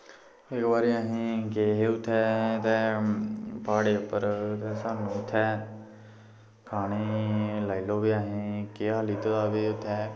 इक बारी असी गे हे उत्थें ते प्हाड़ें उप्पर ते सानूं उत्थें खानें ई लाई लैओ कि असें केह् हा लैते दा ते उत्थें